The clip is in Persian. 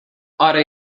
آره